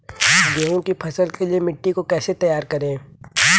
गेहूँ की फसल के लिए मिट्टी को कैसे तैयार करें?